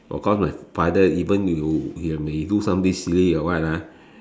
of cause my father even if you you have may do something silly or what ah